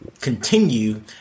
continue